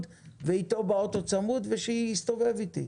ולהיות איתו באוטו צמוד ושיסתובב איתי.